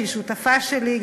שהיא שותפה שלי.